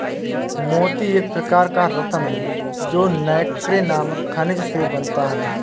मोती एक प्रकार का रत्न है जो नैक्रे नामक खनिज से बनता है